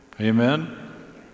Amen